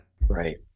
Right